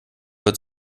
wird